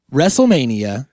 Wrestlemania